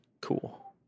cool